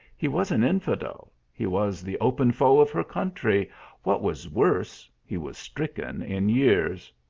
he was an infidel he was the open foe of her country what was worse, he was stricken in years!